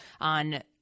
on